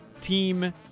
team